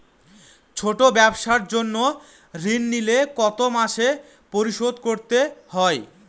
ছোট ব্যবসার জন্য ঋণ নিলে কত মাসে পরিশোধ করতে হয়?